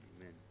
Amen